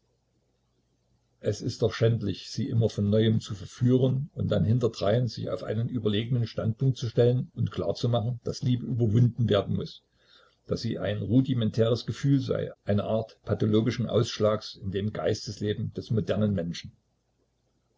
es ist doch schändlich sie immer von neuem zu verführen und dann hinterdrein sich auf einen überlegenen standpunkt zu stellen und klar zu machen daß liebe überwunden werden muß daß sie ein rudimentäres gefühl sei eine art pathologischen ausschlags in dem geistesleben des modernen menschen